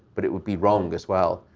but it would be wrong as well,